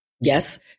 yes